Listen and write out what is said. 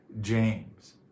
James